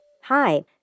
Hi